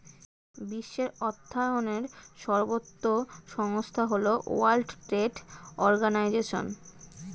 বিশ্বের অর্থায়নের সর্বোত্তম সংস্থা হল ওয়ার্ল্ড ট্রেড অর্গানাইজশন